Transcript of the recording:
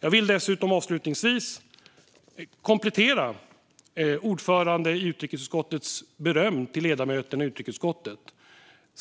Jag vill dessutom avslutningsvis komplettera det beröm ordföranden i utrikesutskottet gav till ledamöterna i utrikesutskottet.